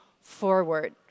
forward